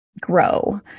grow